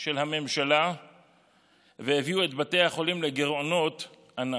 של הממשלה והביאו את בתי החולים לגירעונות ענק.